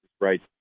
right